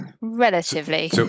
relatively